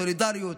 סולידריות,